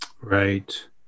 Right